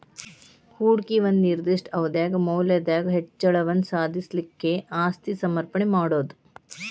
ಹೂಡಿಕಿ ಒಂದ ನಿರ್ದಿಷ್ಟ ಅವಧ್ಯಾಗ್ ಮೌಲ್ಯದಾಗ್ ಹೆಚ್ಚಳವನ್ನ ಸಾಧಿಸ್ಲಿಕ್ಕೆ ಆಸ್ತಿ ಸಮರ್ಪಣೆ ಮಾಡೊದು